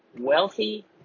wealthy